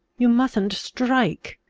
you mustn't strike.